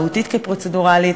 מהותית כפרוצדורלית.